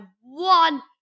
one